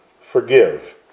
forgive